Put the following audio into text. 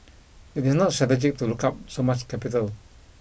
it is not strategic to look up so much capital